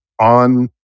on